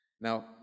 Now